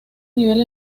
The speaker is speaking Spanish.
nivel